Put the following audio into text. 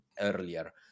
earlier